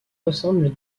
ressemble